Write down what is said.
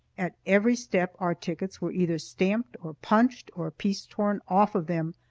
at every step our tickets were either stamped or punched, or a piece torn off of them,